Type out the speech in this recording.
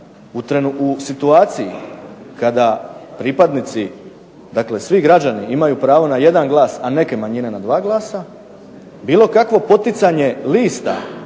u situaciji kada pripadnici, dakle svi građani imaju pravo na jedan glas, a neke manjine na dva glasa, bilo kakvo poticanje lista